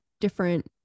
different